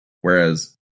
whereas